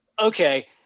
Okay